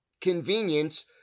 convenience